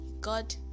God